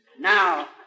Now